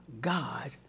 God